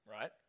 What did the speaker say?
right